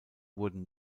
wurden